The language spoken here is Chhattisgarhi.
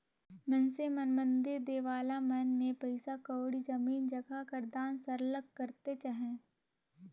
मइनसे मन मंदिर देवाला मन में पइसा कउड़ी, जमीन जगहा कर दान सरलग करतेच अहें